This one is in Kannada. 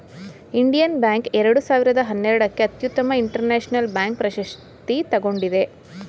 ಇಂಡಿಯನ್ ಬ್ಯಾಂಕ್ ಎರಡು ಸಾವಿರದ ಹನ್ನೆರಡಕ್ಕೆ ಅತ್ಯುತ್ತಮ ಇಂಟರ್ನ್ಯಾಷನಲ್ ಬ್ಯಾಂಕ್ ಪ್ರಶಸ್ತಿ ತಗೊಂಡಿದೆ